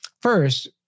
First